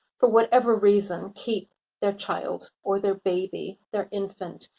for whatever reason, keep their child or their baby, their infant.